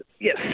yes